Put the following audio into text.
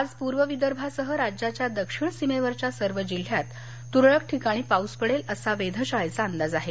आज पूर्व विदर्भासह राज्याच्या दक्षिण सीमेवरच्या सर्व जिल्ह्यात तूरळक ठिकाणी पाऊस पडेल असा वेधशाळेचा अंदाज आहे